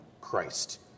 Christ